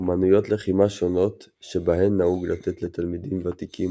אמנויות לחימה שונות שבהן נהוג לתת לתלמידים ותיקים